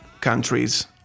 countries